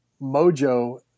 mojo